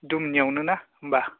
दुमनियावनो ना होमबा